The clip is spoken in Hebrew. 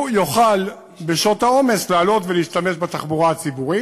יוכל בשעות העומס לעלות ולהשתמש בתחבורה הציבורית,